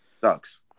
Sucks